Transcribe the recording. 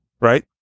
right